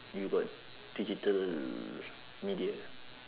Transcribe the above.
you got digital media